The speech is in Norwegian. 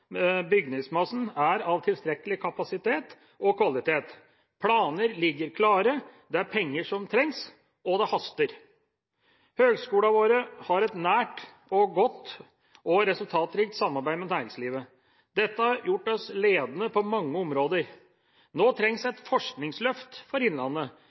bygningsmassen er av tilstrekkelig kapasitet og kvalitet. Planer ligger klare, det er penger som trengs, og det haster. Høyskolene våre har et nært og godt og resultatrikt samarbeid med næringslivet. Dette har gjort oss ledende på mange områder. Nå trengs et forskningsløft for innlandet